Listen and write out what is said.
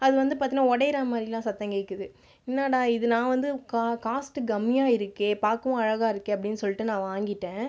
அது வந்து பார்த்தீங்கனா உடயிற மாதிரிலாம் சத்தம் கேட்குது என்னடா இது நான் வந்து காஸ்ட் கம்மியாக இருக்கே பார்க்கவும் அழகாக இருக்கே அப்படினு சொல்லிட்டு நான் வாங்கிவிட்டேன்